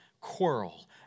quarrel